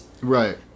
Right